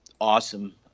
awesome